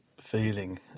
feeling